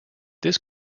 this